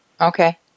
Okay